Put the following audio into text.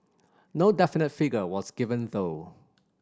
no definite figure was given though